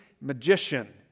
magician